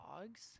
dogs